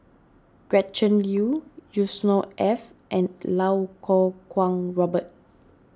Gretchen Liu Yusnor Ef and Lau Kuo Kwong Robert